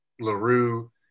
LaRue